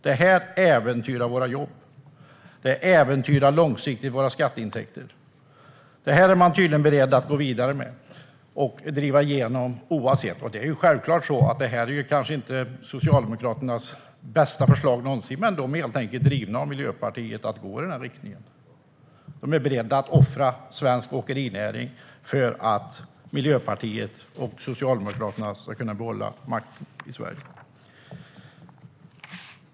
Detta äventyrar våra jobb och våra skatteintäkter långsiktigt, men man är tydligen beredd att gå vidare och driva igenom det. Det är självklart att detta kanske inte är Socialdemokraternas bästa förslag någonsin, men de är helt enkelt pådrivna av Miljöpartiet att gå i den riktningen. De är beredda att offra svensk åkerinäring för att Miljöpartiet och Socialdemokraterna ska kunna behålla makten i Sverige.